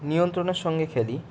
নিয়ন্ত্রণের সঙ্গে খেলি